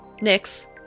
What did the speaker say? Nix